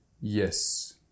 Yes